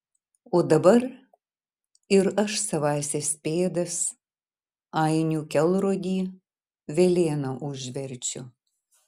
o dabar ir aš savąsias pėdas ainių kelrodį velėna užverčiu